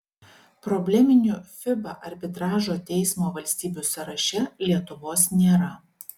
probleminių fiba arbitražo teismo valstybių sąraše lietuvos nėra